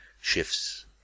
shifts